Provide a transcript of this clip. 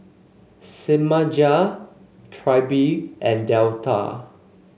Semaj Trilby and Delta